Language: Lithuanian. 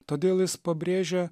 todėl jis pabrėžia